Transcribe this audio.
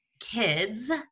kids